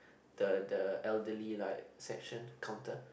the the elderly like section counter